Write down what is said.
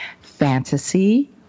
fantasy